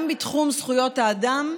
גם בתחום זכויות האדם,